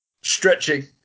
stretching